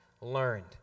learned